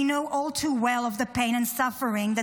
we know all too well of the pain and suffering that